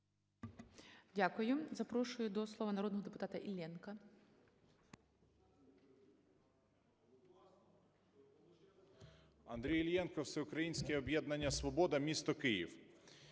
Дякую. Запрошую до слова народного депутата Іллєнка.